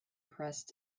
pressed